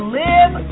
live